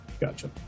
gotcha